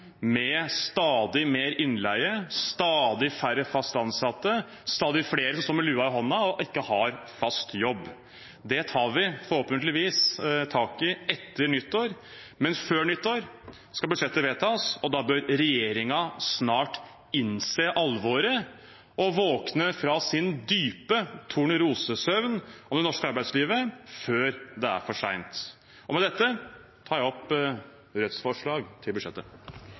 med stadig mer innleie, stadig færre fast ansatte og stadig flere som står med lua i hånda og ikke har fast jobb. Det tar vi forhåpentligvis tak i etter nyttår, men før nyttår skal budsjettet vedtas, og da bør regjeringen snart innse alvoret og våkne fra sin dype tornerosesøvn over det norske arbeidslivet før det er for sent. Det blir replikkordskifte. Jeg vil også ønske representanten Moxnes velkommen til